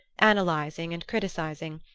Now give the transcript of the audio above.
analyzing and criticising,